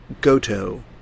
Goto